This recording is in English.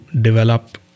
develop